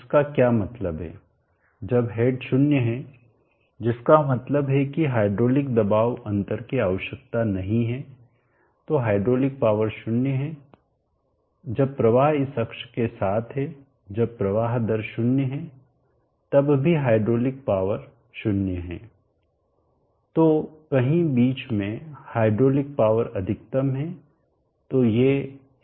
इसका क्या मतलब है जब हेड 0 है जिसका मतलब है कि हाइड्रोलिक दबाव अंतर की आवश्यकता नहीं है तो हाइड्रोलिक पावर 0 है जब प्रवाह इस अक्ष के साथ है जब प्रवाह दर 0 है तब भी हाइड्रोलिक पावर 0 है तो कहीं बीच में हाइड्रोलिक पावर अधिकतम है